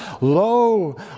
Lo